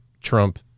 trump